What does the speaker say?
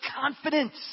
confidence